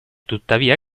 tuttavia